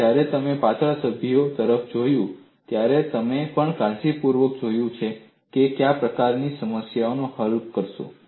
અને જ્યારે તમે પાતળા સભ્યો તરફ જોયું છે ત્યારે તમે પણ કાળજીપૂર્વક જોયું છે કે તમે કયા પ્રકારની સમસ્યાઓ હલ કરશો